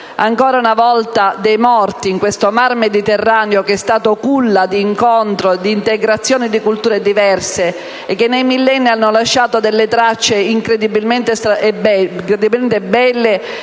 ci sono stati dei morti in questo mar Mediterraneo, che è stato culla di incontro, d'integrazione di culture diverse che nei millenni hanno lasciato tracce incredibilmente belle